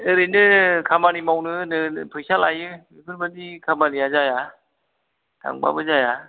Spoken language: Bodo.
ओरैनो खामानि मावनो होनै होनै फैसा लायो बेफोरबायदि खामानिया जाया थांबाबो जाया